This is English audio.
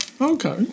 Okay